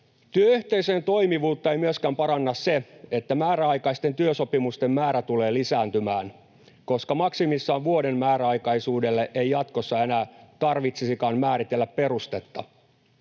Työyhteisöjen toimivuutta ei myöskään paranna se, että määräaikaisten työsopimusten määrä tulee lisääntymään, koska maksimissaan vuoden määräaikaisuudelle ei jatkossa enää tarvitsisikaan määritellä perustetta.